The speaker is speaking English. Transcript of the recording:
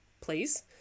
please